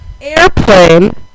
airplane